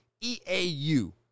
E-A-U